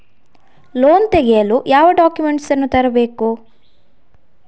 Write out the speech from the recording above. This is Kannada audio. ಲೋನ್ ತೆಗೆಯಲು ಯಾವ ಡಾಕ್ಯುಮೆಂಟ್ಸ್ ಅನ್ನು ತರಬೇಕು?